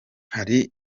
hari